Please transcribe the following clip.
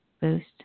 boost